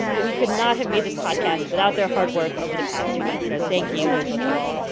but we could not have made this podcast without their hard work over the past few months. so thank you to both you all.